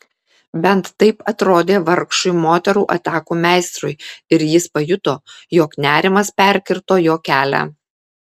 bent taip atrodė vargšui moterų atakų meistrui ir jis pajuto jog nerimas perkirto jo kelią